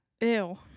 Ew